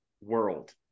world